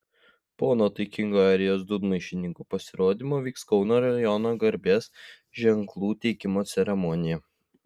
po nuotaikingo airijos dūdmaišininkų pasirodymo vyks kauno rajono garbės ženklų teikimo ceremonija